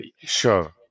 Sure